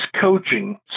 coaching